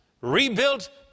Rebuilt